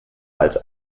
als